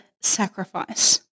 sacrifice